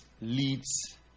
leads